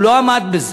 הוא לא עמד בזה.